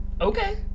okay